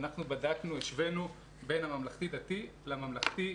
שאנחנו בדקנו והשווינו בין הממלכתי-דתי לממלכתי-עברי,